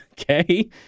okay